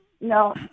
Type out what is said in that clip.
no